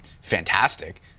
fantastic